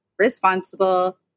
responsible